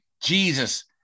Jesus